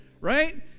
Right